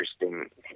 interesting